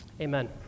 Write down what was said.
Amen